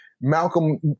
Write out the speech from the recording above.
Malcolm